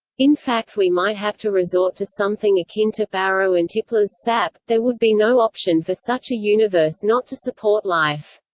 in fact we might have to resort to something akin to barrow and tipler's sap there would be no option for such a universe not to support life.